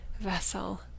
vessel